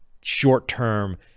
short-term –